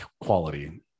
quality